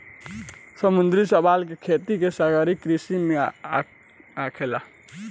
समुंद्री शैवाल के खेती भी सागरीय कृषि में आखेला